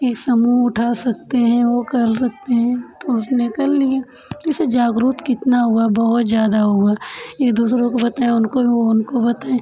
एक समूह उठा सकते हैं ओ कर सकते हैं तो उसने कर लिया इससे जागरुक कितना हुआ बहुत ज़्यादा हुआ ये दूसरों को बताया उनको भी वो उनको बताईं